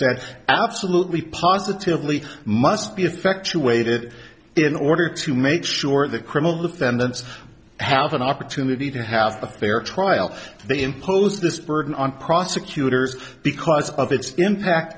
said absolutely positively must be effectuated in order to make sure that criminal defendants have an opportunity to have a fair trial they impose this burden on prosecutors because of its impact